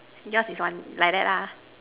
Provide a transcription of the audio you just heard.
yours is one like that lah